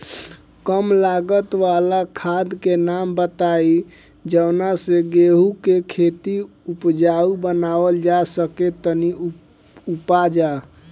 कम लागत वाला खाद के नाम बताई जवना से गेहूं के खेती उपजाऊ बनावल जा सके ती उपजा?